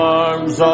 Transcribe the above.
arms